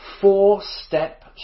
four-step